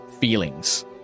feelings